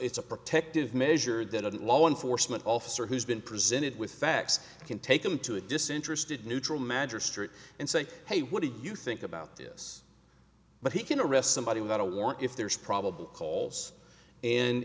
it's a protective measure that a law enforcement officer who's been presented with facts can take them to a disinterested neutral magistrate and say hey what do you think about this but he can arrest somebody without a warrant if there is probable calls and